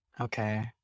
Okay